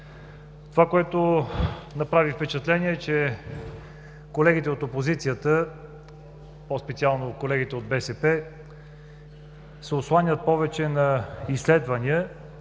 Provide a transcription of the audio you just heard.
Това, което направи впечатление, е, че колегите от опозицията, по-специално колегите от БСП, се осланят повече на изследвания,